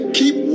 keep